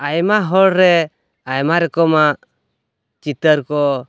ᱟᱭᱢᱟ ᱦᱚᱲᱨᱮ ᱟᱭᱢᱟ ᱨᱚᱠᱚᱢᱟᱜ ᱪᱤᱛᱟᱹᱨ ᱠᱚ